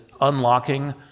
unlocking